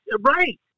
Right